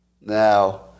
Now